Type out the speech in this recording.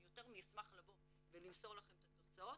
אני יותר מאשמח לבוא ולמסור לכם את התוצאות.